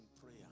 prayer